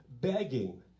begging